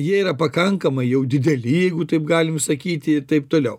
jie yra pakankamai jau dideli jeigu taip galim sakyti taip toliau